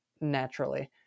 naturally